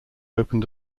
opened